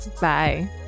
Bye